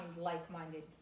like-minded